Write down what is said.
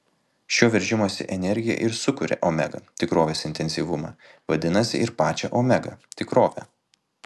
šio veržimosi energija ir sukuria omega tikrovės intensyvumą vadinasi ir pačią omega tikrovę